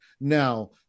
now